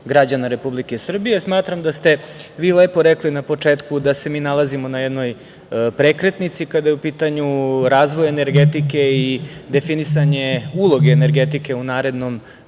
građana Republike Srbije. Smatram da ste vi lepo rekli na početku da se mi nalazimo na jednoj prekretnici, kada je u pitanju razvoj energetike i definisanje uloge energetike u narednom